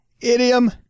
idiom